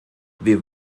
wir